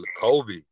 Kobe